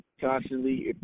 constantly –